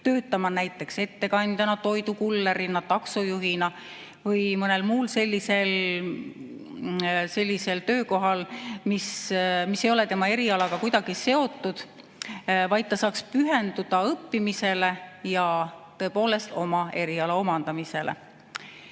töötama näiteks ettekandjana, toidukullerina, taksojuhina või mõnel muul sellisel töökohal, mis ei ole tema erialaga kuidagi seotud, vaid ta saab pühenduda õppimisele ja tõepoolest oma eriala omandamisele.